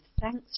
thanks